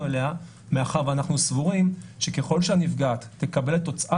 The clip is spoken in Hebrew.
אליה מאחר שאנחנו סבורים שאם הנפגעת תקבל את תוצאת